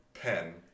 pen